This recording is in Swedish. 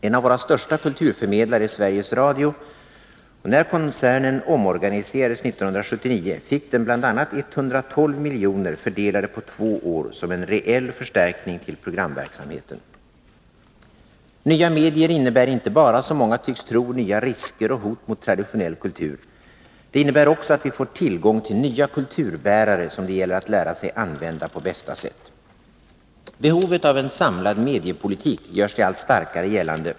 En av våra största kulturförmedlare är Sveriges Radio, och när koncernen omorganiserades 1979 fick den bl.a. 112 milj.kr., fördelade på två år, som en reell förstärkning till programverksamheten. Nya medier innebär inte bara, som många tycks tro, nya risker och hot mot traditionell kultur. De innebär också att vi får tillgång till nya kulturbärare, som det gäller att lära sig använda på bästa sätt. Behovet av en samlad mediepolitik gör sig allt starkare gällande.